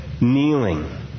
kneeling